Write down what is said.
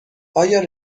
آیا